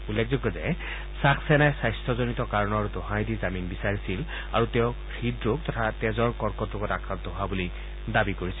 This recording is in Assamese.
উল্লেখযোগ্য যে চাক্সেনাই স্বাস্থ্যজনিত কাৰণৰ দোহাই দি জামিন বিচাৰিছিল আৰু তেওঁ হৃদৰোগ তথা তেজৰ কৰ্কট ৰোগত আক্ৰান্ত হোৱা বুলি দাবী কৰিছিল